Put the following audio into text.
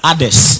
Others